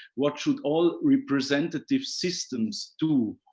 what should all representative systems do?